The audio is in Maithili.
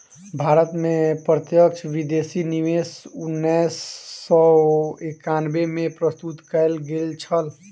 भारत में प्रत्यक्ष विदेशी निवेश उन्नैस सौ एकानबे में प्रस्तुत कयल गेल छल